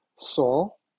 Saul